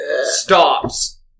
stops